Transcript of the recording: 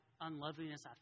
unloveliness